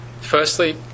Firstly